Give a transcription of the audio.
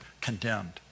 condemned